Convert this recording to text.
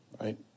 right